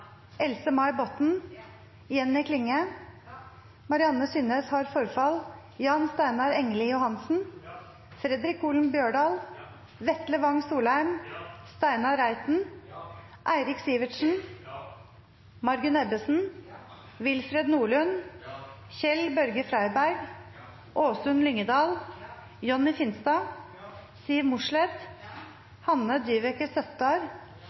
Botten, Jenny Klinge, Jan Steinar Engeli Johansen, Fredric Holen Bjørdal, Vetle Wang Soleim, Steinar Reiten, Eirik Sivertsen, Margunn Ebbesen, Willfred Nordlund, Kjell-Børge Freiberg, Åsunn Lyngedal, Jonny Finstad, Siv Mossleth, Hanne Dyveke Søttar,